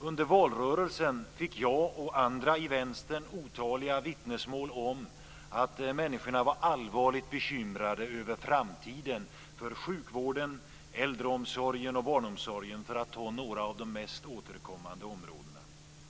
Under valrörelsen fick jag och andra i Vänstern otaliga vittnesmål om att människorna var allvarligt bekymrade över framtiden för sjukvården, äldreomsorgen och barnomsorgen, för att ta några av de mest återkommande områdena.